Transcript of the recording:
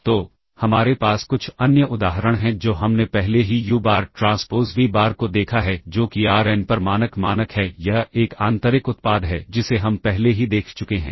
तो हमारे पास कुछ अन्य उदाहरण हैं जो हमने पहले ही U bar transpose V bar को देखा है जो कि आर एन पर मानक मानक है यह एक आंतरिक उत्पाद है जिसे हम पहले ही देख चुके हैं